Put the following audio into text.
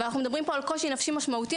ואנחנו מדברים פה על קושי נפשי משמעותי,